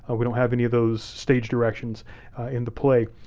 ah we don't have any of those stage directions in the play,